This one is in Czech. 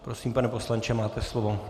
Prosím, pane poslanče, máte slovo.